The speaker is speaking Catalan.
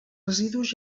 residus